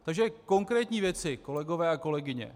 Takže konkrétní věci, kolegové a kolegyně.